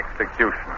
execution